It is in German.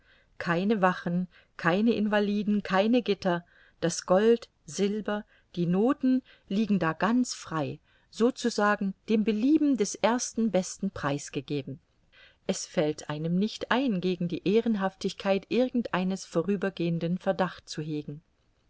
keine wachen keine invaliden keine gitter das gold silber die noten liegen da ganz frei so zu sagen dem belieben des ersten besten preis gegeben es fällt einem nicht ein gegen die ehrenhaftigkeit irgend eines vorübergehenden verdacht zu hegen